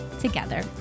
together